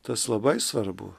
tas labai svarbu